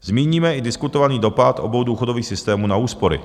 Zmíníme i diskutovaný dopad obou důchodových systémů na úspory.